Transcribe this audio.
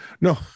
No